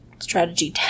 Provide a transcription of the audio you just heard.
Strategy